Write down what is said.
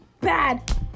Bad